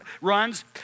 runs